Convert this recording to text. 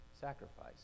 sacrifice